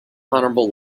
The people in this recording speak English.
honorable